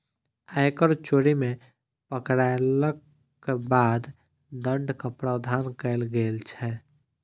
आयकर चोरी मे पकड़यलाक बाद दण्डक प्रावधान कयल गेल छै